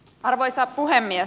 arvoisa puhemies